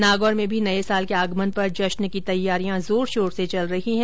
नागौर में भी नये साल के आगमन पर जश्न की तैयारियां जोर शोर से चल रही है